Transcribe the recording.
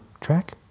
Track